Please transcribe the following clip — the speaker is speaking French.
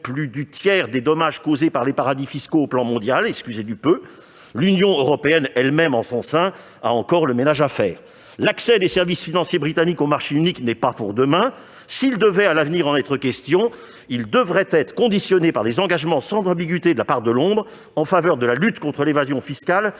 plus du tiers des dommages causés par les paradis fiscaux à l'échelon mondial- excusez du peu ! L'Union européenne elle-même a encore le ménage à faire en son sein. L'accès des services financiers britanniques au marché unique n'est pas pour demain. S'il devait en être question à l'avenir, il devrait être conditionné à des engagements sans ambiguïté de la part de Londres en faveur de la lutte contre l'évasion fiscale